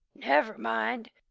never mind,